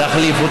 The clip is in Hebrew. חיליק.